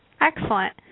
Excellent